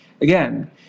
Again